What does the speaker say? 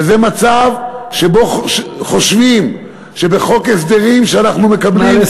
וזה מצב שבו חושבים שבחוק הסדרים שאנחנו מקבלים,